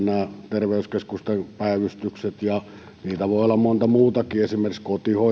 terveyskeskusten päivystykset ja niitä voi olla monta muutakin esimerkiksi kotihoito voi